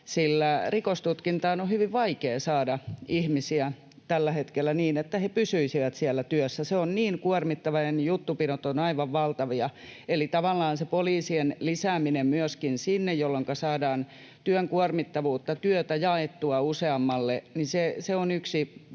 sillä rikostutkintaan on hyvin vaikea saada ihmisiä tällä hetkellä niin, että he pysyisivät siellä työssä. Se on niin kuormittavaa, ja ne juttupinot ovat aivan valtavia, eli tavallaan se poliisien lisääminen myöskin sinne — jolloinka saadaan työn kuormittavuutta, työtä jaettua useammalle — on myös yksi